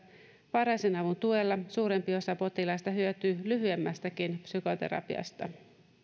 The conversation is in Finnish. varhaisen avun tuella suurempi osa potilaista hyötyy lyhyemmästäkin psykoterapiasta